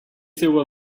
siu